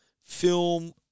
Film